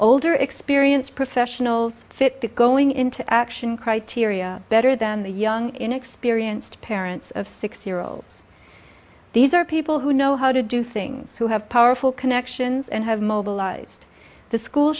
older experienced professionals fit the going into action criteria better than the young inexperienced parents of six year olds these are people who know how to do things who have powerful connections and have mobilized the school